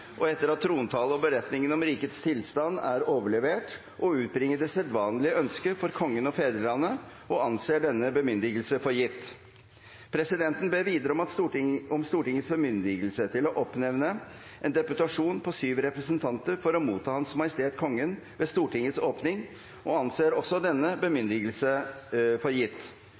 og etter at trontalen og beretningen om rikets tilstand er overlevert, å utbringe det sedvanlige ønske for Kongen og fedrelandet – og anser denne bemyndigelse for gitt. Presidenten ber videre om Stortingets bemyndigelse til å oppnevne en deputasjon på sju representanter til å motta Hans Majestet Kongen ved Stortingets åpning. – Denne bemyndigelse anses også for gitt.